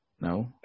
No